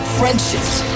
friendships